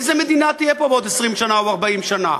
איזו מדינה תהיה פה בעוד 20 או 40 שנה?